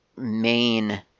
main